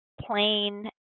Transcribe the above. plain